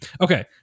Okay